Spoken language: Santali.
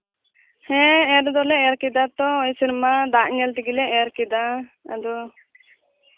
ᱦᱮᱸ ᱮᱨ ᱫᱚᱞᱮ ᱮᱨ ᱠᱮᱫᱟᱛᱚ ᱥᱮᱨᱢᱟ ᱫᱟᱜ ᱧᱮᱞ ᱛᱮᱜᱮ ᱞᱮ ᱮᱨ ᱠᱮᱫᱟ ᱟᱫᱚ